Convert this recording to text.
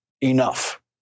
enough